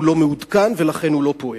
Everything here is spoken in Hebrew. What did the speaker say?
הוא לא מעודכן, לכן הוא לא פועל.